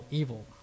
evil